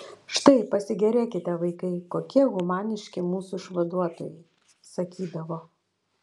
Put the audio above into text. štai pasigėrėkite vaikai kokie humaniški mūsų išvaduotojai sakydavo